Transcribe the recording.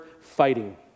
fighting